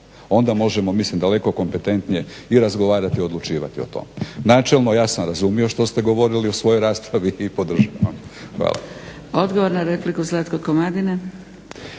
onda možemo mislim daleko kompetentnije i razgovarati i odlučivati o tome. Načelno, ja sam razumio što ste govorili u svojoj raspravi i podržavam. Hvala. **Zgrebec, Dragica